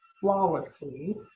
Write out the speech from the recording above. flawlessly